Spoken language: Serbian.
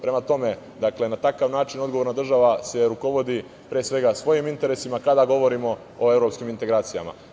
Prema tome, na takav način odgovorna država se rukovodi pre svega svojim interesima kada govorimo o evropskim integracijama.